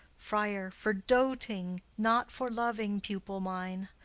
friar. for doting, not for loving, pupil mine.